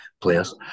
players